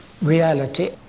reality